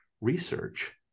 research